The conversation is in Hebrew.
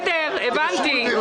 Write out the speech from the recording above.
בסדר, הבנתי.